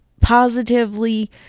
positively